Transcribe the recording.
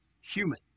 human